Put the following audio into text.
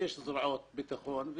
יש זרועות ביטחון,